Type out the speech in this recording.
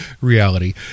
reality